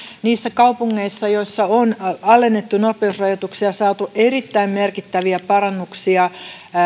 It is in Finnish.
niissä kaupungeissa joissa on alennettu nopeusrajoituksia saatu erittäin merkittäviä parannuksia